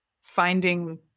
finding